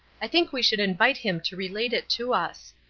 i think we should invite him to relate it to us.